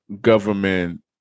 government